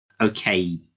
okay